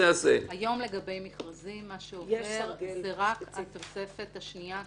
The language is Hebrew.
היום לגבי מכרזים זו רק התוספת השנייה,